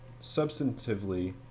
substantively